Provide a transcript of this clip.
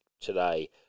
today